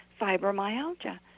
fibromyalgia